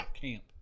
camp